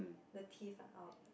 the teeth are out